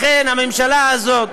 לכן, הממשלה הזאת